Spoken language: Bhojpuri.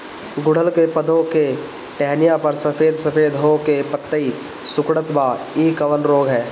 गुड़हल के पधौ के टहनियाँ पर सफेद सफेद हो के पतईया सुकुड़त बा इ कवन रोग ह?